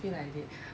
feel like I did